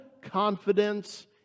confidence